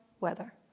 weather